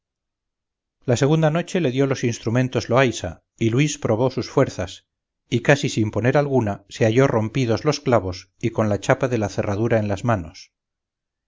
la segunda noche le dio los instrumentos loaysa y luis probó sus fuerzas y casi sin poner alguna se halló rompidos los clavos y con la chapa de la cerradura en las manos